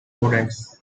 prudence